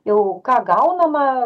jau ką gaunama